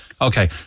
Okay